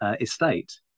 estate